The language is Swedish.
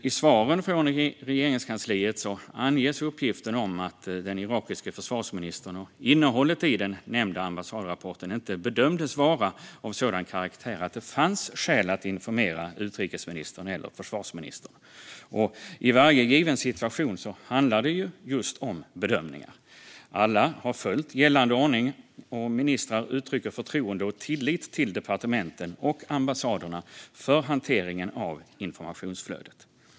I svaren från Regeringskansliet anges att uppgiften om den irakiske försvarsministern och innehållet i den nämnda ambassadrapporten inte bedömdes vara av sådan karaktär att det fanns skäl att informera utrikesministern eller försvarsministern. I varje given situation handlar det om bedömningar. Alla har följt gällande ordning, och ministrar uttrycker förtroende och tillit till departementen och ambassaderna för hanteringen av informationsflödet.